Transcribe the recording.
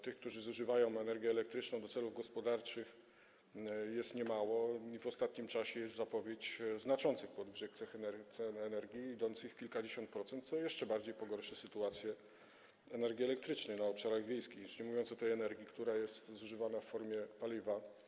Tych, którzy zużywają energię elektryczną do celów gospodarczych, jest niemało, a w ostatnim czasie była zapowiedź znaczących podwyżek cen energii, idących w kilkadziesiąt procent, co jeszcze bardziej pogorszy sytuację, jeśli chodzi o energię elektryczną na obszarach wiejskich, już nie mówiąc o energii, która jest zużywana w formie paliwa.